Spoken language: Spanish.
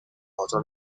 otro